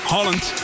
Holland